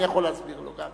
אני יכול להסביר לו גם.